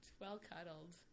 Well-cuddled